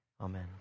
Amen